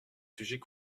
sujets